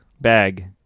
Bag